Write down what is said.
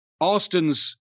Austin's